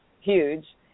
huge